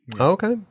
okay